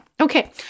okay